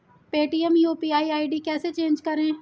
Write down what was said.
Paytm UPI ID कैसे change करें?